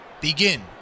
Begin